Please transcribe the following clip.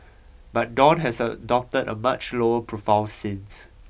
but Dawn has a adopted a much lower profile since